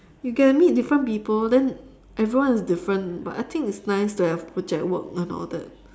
you get to meet different people then everyone is different but I think it's nice that you have project work and all that